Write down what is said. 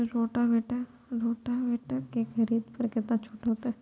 Rotavator के खरीद पर केतना छूट होते?